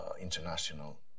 international